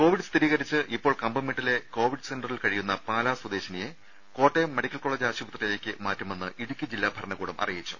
Covid സ്ഥിരീകരിച്ച് ഇപ്പോൾ കമ്പംമേട്ടിലെ കോവിഡ് സെന്ററിൽ കഴിയുന്ന പാലാ സ്വദേശിനിയെ കോട്ടയം മെഡിക്കൽ കോളേജ് ആശുപത്രിയിലേക്ക് മാറ്റുമെന്ന് ഇടുക്കി ജില്ലാ ഭരണകൂടം അറിയിച്ചു